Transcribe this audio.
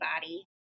Body